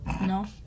No